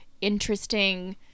interesting